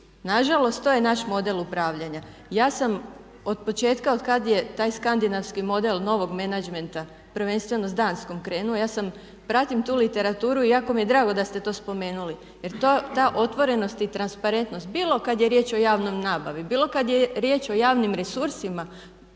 Nažalost to je naš model upravljanja. I ja sam od početka od kad je taj skandinavski model novog menadžmenta prvenstveno s Danskom krenuo ja sam pratim tu literaturu i jako mi je drago da ste to spomenuli, jer ta otvorenost i transparentnost bilo kad je riječ o javnoj nabavi, bilo kada je riječ o javnim resursima,